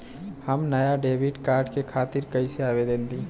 हम नया debit card के खातिर कइसे आवेदन दीं?